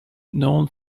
known